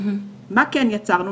מה כן יצרנו?